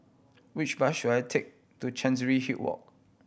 which bus should I take to Chancery Hill Walk